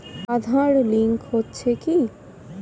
Aadhaar link হচ্ছে কি?